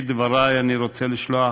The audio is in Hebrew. ישיב על